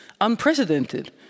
unprecedented